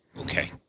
okay